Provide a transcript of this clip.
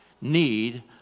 need